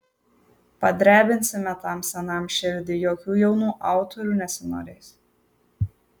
padrebinsime tam senam širdį jokių jaunų autorių nesinorės